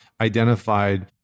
identified